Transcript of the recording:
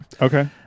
Okay